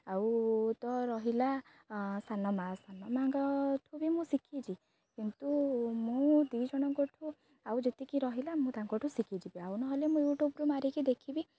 ଆଉ ତ ରହିଲା ସାନ ମା ସାନ ମାଙ୍କଠୁ ବି ମୁଁ ଶିଖିଛି କିନ୍ତୁ ମୁଁ ଦି ଜଣଙ୍କଠୁ ଆଉ ଯେତିକି ରହିଲା ମୁଁ ତାଙ୍କଠୁ ଶିଖିଯିବି ଆଉ ନହେଲେ ମୁଁ ୟୁଟ୍ୟୁବ୍ରୁୁ ମାରିକି ଦେଖିବି